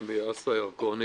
שמי אסא ירקוני.